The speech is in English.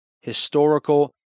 historical